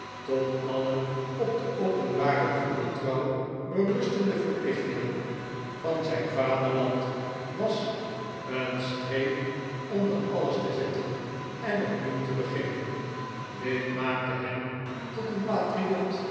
tot alle op de openbare goede trouw berustende verplichtingen van zijn vaderland was een streep onder alles te zetten en opnieuw te beginnen dit maakte hem tot een patriot